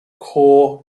core